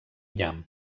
nyam